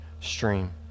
stream